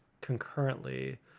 concurrently